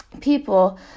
people